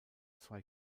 zwei